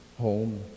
home